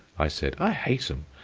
i said. i hate em.